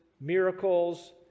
miracles